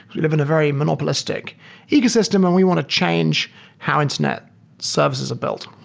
we live in a very monopolistic ecosystem and we want to change how internet serves as a belt.